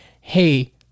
hey